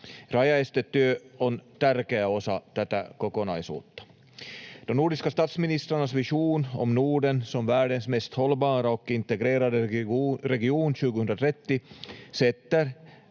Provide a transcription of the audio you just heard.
Rajaestetyö on tärkeä osa tätä kokonaisuutta. De nordiska statsministrarnas vision om Norden som världens mest hållbara och integrerade region 2030 sätter